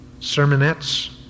sermonettes